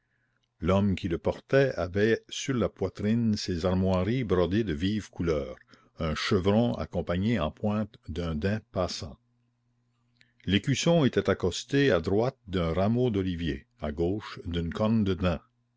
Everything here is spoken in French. l'homme qui le portait avait sur la poitrine ses armoiries brodées de vives couleurs un chevron accompagné en pointe d'un daim passant l'écusson était accosté à droite d'un rameau d'olivier à gauche d'une corne